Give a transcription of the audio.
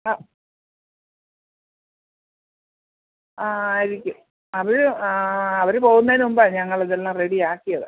അ ആ ആയിരിക്കും അത് ആ അവർ പോകുന്നതിന് മുമ്പാണ് ഞങ്ങൾ ഇതെല്ലാം റെഡി ആക്കിയത്